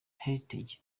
heritage